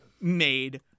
made